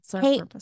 Hey